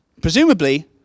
presumably